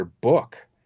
book